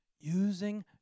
Using